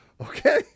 Okay